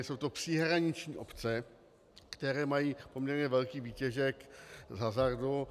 Jsou to příhraniční obce, které mají poměrně velký výtěžek z hazardu.